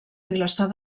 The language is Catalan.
vilassar